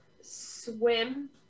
swim